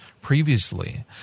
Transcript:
previously